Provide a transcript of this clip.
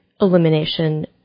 elimination